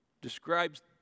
describes